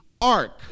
ark